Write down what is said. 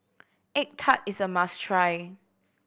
egg tart is a must try